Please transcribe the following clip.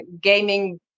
gaming